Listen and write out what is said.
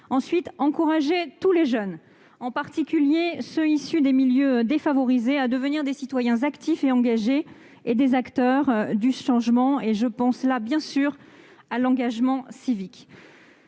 entendons encourager tous les jeunes, en particulier ceux qui sont issus des milieux défavorisés, à devenir des citoyens actifs et engagés ainsi que des acteurs du changement. Je pense là bien sûr à l'engagement civique.